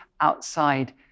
outside